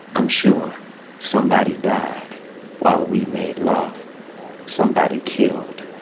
i'm sure somebody died while we made love somebody killed,